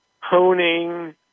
honing